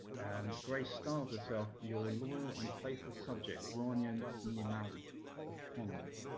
and grace styles herself your loyal and faithful subject, grainne yeah and ni mhaille of connaught,